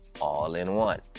all-in-one